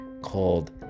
called